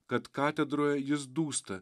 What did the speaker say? kad katedroje jis dūsta